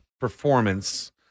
performance